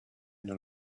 none